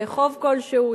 חוב כלשהו,